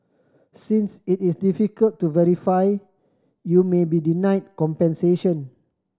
since it is difficult to verify you may be denied compensation